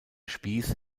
spieß